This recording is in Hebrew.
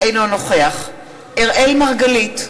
אינו נוכח אראל מרגלית,